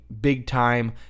big-time